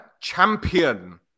Champion